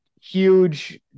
huge